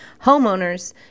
homeowners